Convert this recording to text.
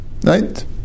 Right